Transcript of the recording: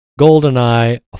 Goldeneye